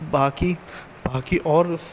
باقی باقی اور